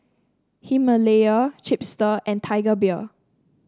Himalaya Chipster and Tiger Beer